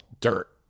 Dirt